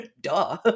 duh